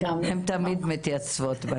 הן תמיד מתייצבות.